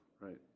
Right